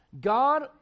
God